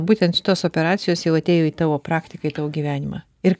būtent šitos operacijos jau atėjo į tavo praktiką į tavo gyvenimą ir